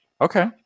Okay